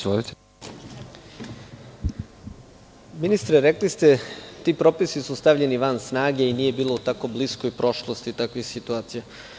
Ministre, rekli ste – ti propisi su stavljeni van snage i nije bilo u tako bliskoj prošlosti takvih situacija.